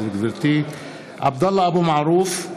(קורא בשמות חברי הכנסת) עבדאללה אבו מערוף,